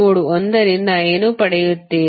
ನೋಡ್ 1 ರಿಂದ ಏನು ಪಡೆಯುತ್ತೀರಿ